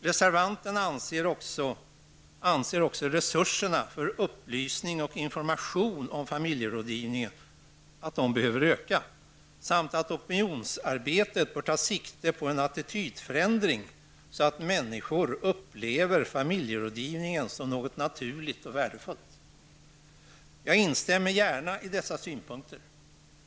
Reservanterna anser också att resurserna för upplysning och information om familjerådgivningen behöver öka samt att man i opinionsarbetet bör ha siktet inställt på en attitydförändring, så att människor upplever familjerådgivningen som något naturligt och värdefullt. Jag instämmer gärna i dessa synpunkter.